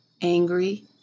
angry